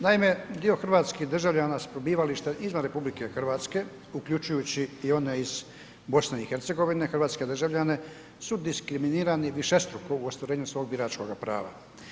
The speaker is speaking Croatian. Naime, dio hrvatskih državljana s prebivalištem izvan RH uključujući i one iz BiH, hrvatske državljane, su diskriminirani višestruko u ostvarenju svog biračkoga prava.